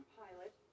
pilot